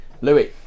Louis